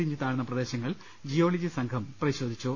ഇടിഞ്ഞു താഴ്ന്ന പ്രദേശങ്ങൾ ജിയോളജി സംഘം പരിശോധിച്ചു